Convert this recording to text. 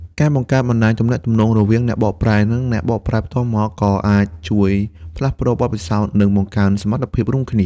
ការបង្កើតបណ្តាញទំនាក់ទំនងរវាងអ្នកបកប្រែ និងអ្នកបកប្រែផ្ទាល់មាត់ ក៏អាចជួយផ្លាស់ប្តូរបទពិសោធន៍ និងបង្កើនសមត្ថភាពរួមគ្នា។